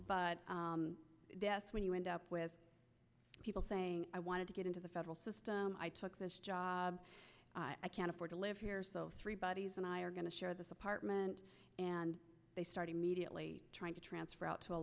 but when you end up with people saying i wanted to get into the federal system i took this job i can't afford to live here so three bodies and i are going to share this apartment and they start immediately trying to transfer out to a